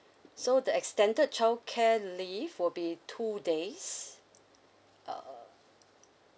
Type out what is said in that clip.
so the extended childcare leave will be two days uh